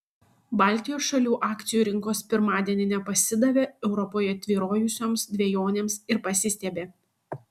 baltijos šalių akcijų rinkos pirmadienį nepasidavė europoje tvyrojusioms dvejonėms ir pasistiebė